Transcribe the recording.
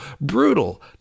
brutal